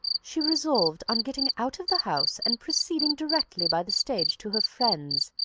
she resolved on getting out of the house and proceeding directly by the stage to her friends,